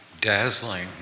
Dazzling